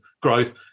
growth